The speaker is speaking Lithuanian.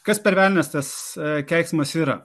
kas per velnias tas keiksmas yra